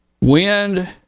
wind